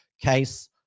case